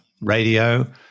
radio